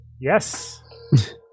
Yes